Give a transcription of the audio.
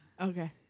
Okay